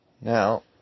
Now